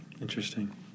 Interesting